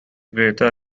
greta